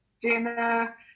dinner